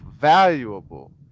valuable